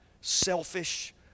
selfish